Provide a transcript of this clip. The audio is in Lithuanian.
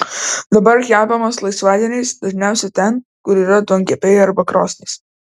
dabar kepamas laisvadieniais dažniausiai ten kur yra duonkepiai arba krosnys